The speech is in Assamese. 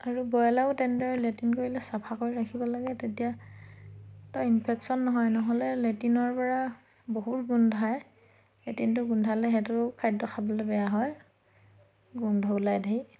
আৰু ব্ৰইলাৰো তেনেদৰে লেট্ৰিন কৰিলে চাফা কৰি ৰাখিব লাগে তেতিয়া তাৰ ইনফেকশ্যন নহয় নহ'লে লেট্ৰিনৰপৰা বহুত গোন্ধায় লেট্ৰিনটো গোন্ধালে সেইটো খাদ্য খাবলৈ বেয়া হয় গোন্ধ ওলাই ঢেৰ